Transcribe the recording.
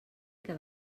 que